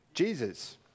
Jesus